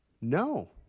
no